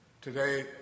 today